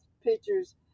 pictures